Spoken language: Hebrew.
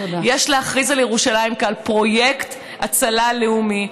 יש להכריז על ירושלים כעל פרויקט הצלה לאומי,